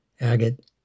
agate